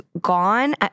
gone